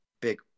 big